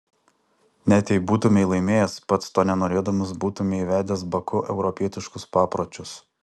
net jei būtumei laimėjęs pats to nenorėdamas būtumei įvedęs baku europietiškus papročius